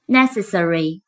Necessary